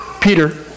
Peter